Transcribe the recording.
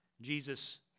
Jesus